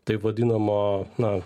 taip vadinamo na